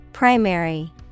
Primary